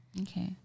Okay